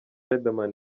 riderman